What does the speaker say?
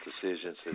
decisions